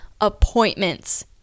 appointments